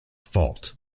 fault